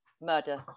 murder